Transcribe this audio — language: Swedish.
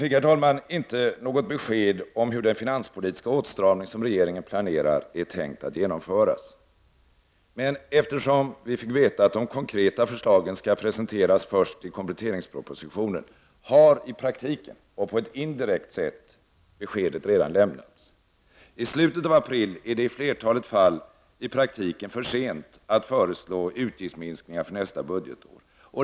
Herr talman! Jag fick inte något besked om hur den finanspolitiska åtstramning som regeringen planerar är tänkt att genomföras. Eftersom vi fick veta att de konkreta förslagen skall presenteras först i kompletteringspropositionen har i praktiken och på ett indirekt sätt beskedet redan lämnats. I slutet av april är det i flertalet fall i praktiken för sent att föreslå utgiftsminskningar för nästa budgetår.